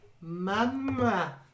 Mama